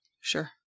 sure